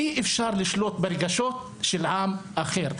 אי אפשר לשלוט בזהות של עם אחר,